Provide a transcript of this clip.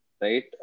right